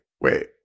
wait